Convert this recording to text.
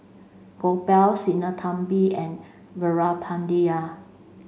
Gopal Sinnathamby and Veerapandiya